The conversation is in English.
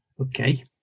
okay